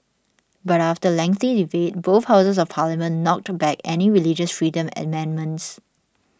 but after lengthy debate both houses of parliament knocked back any religious freedom amendments